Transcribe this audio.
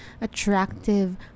attractive